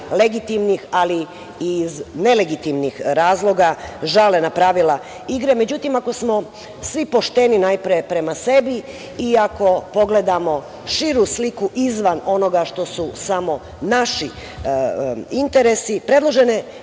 legitimnih, ali i iz nelegitimnih razloga žale na pravila igre. Međutim, ako smo svi pošteni najpre prema sebi i ako pogledamo širu sliku izvan onoga što su samo naši interesi predložene